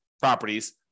properties